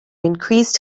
increased